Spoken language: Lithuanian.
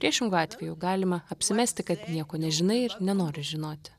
priešingu atveju galima apsimesti kad nieko nežinai ir nenori žinoti